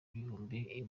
ibihumbi